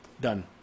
done